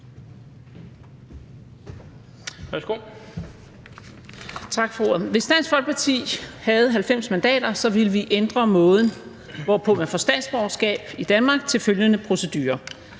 Hvis Dansk Folkeparti havde 90 mandater, ville vi ændre måden, hvorpå man får statsborgerskab i Danmark, til følgende procedure: